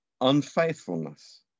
unfaithfulness